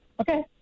Okay